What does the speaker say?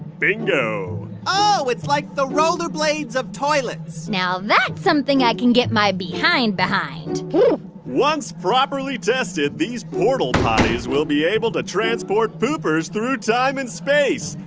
bingo oh, it's like the rollerblades of toilets now, that's something i can get my behind behind once properly tested, these portal parties will be able to transport poopers through time and space,